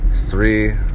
three